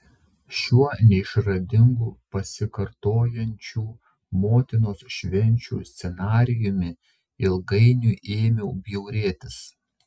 šiuo neišradingu pasikartojančių motinos švenčių scenarijumi ilgainiui ėmiau bjaurėtis